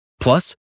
Plus